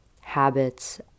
habits